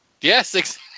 Yes